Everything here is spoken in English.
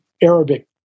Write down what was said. Arabic